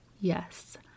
yes